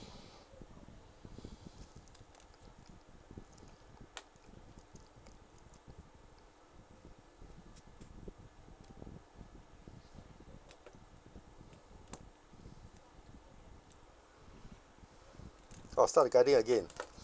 orh start gathering again